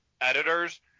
editors